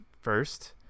first